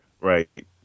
Right